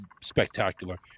spectacular